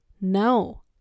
No